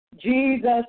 Jesus